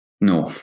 no